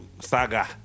saga